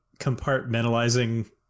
compartmentalizing